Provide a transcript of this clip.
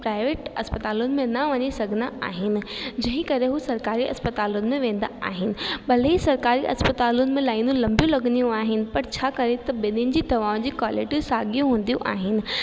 private अस्पतालुनि में न वञी सघंदा आहिनि जंहिं करे उहे सरकारी अस्पतालुनि में वेंदा आहिनि भले ई सरकारी अस्पतालुनि में लाइनियूं लंबी लॻंदियूं आहिनि पर छा करे त ॿिन्हिनि जी दवाउनि जी क्वालिटी साॻियूं हूंदियूं आहिनि